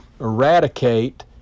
eradicate